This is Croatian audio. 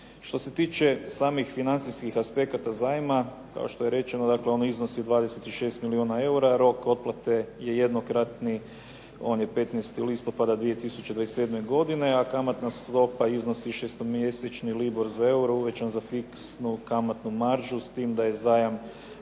Što se tiče samih financijskih aspekata zajma, kao što je rečeno dakle ono iznosi 26 milijuna eura, rok otplate je jednokratni, on je 15. listopada 2027. godine, a kamatna stopa iznosi šestomjesečni libor za euro uvećan za fiksnu kamatnu maržu s tim da je zajam